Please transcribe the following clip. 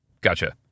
Gotcha